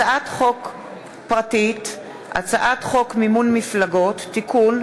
הצעת חוק מימון מפלגות (תיקון,